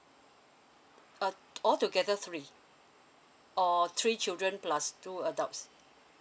uh all together three or three children plus two adults